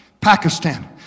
Pakistan